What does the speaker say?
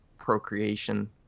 procreation